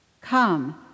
Come